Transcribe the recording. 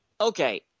Okay